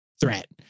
threat